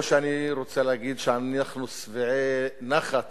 לא שאני רוצה להגיד שאנחנו שבעי נחת